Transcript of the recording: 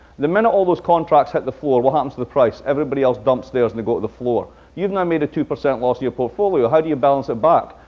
the minute all those contracts hit the floor, what happens to the price? everybody else dumps theirs and they go to the floor. you've now made a two percent loss to your portfolio. how do you balance ah but